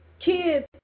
kids